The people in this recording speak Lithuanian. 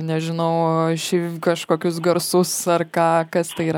nežinau šiaip kažkokius garsus ar ką kas tai yra